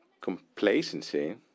complacency